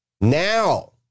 now